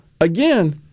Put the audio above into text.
again